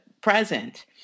present